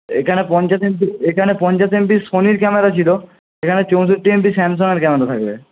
এইখানে পঞ্চাশ এমবি এইখানে পঞ্চাশ এমবির সোনির ক্যামেরা ছিলো সেখানে চৌষট্টি এমবির স্যামসাংয়ের ক্যামেরা থাকবে